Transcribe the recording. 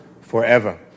forever